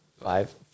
Five